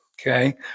okay